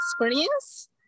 experience